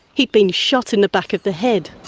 he'd been shot in the back of the head.